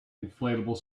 inflatable